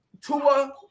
Tua